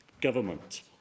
Government